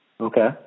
Okay